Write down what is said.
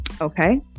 Okay